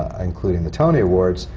ah including the tony awards,